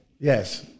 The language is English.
Yes